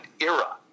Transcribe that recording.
era